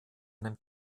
einem